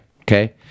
Okay